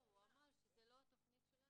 לא, הוא אמר שזו לא תכנית שלהם.